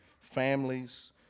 families